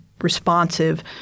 responsive